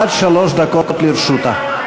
עד שלוש דקות לרשותה.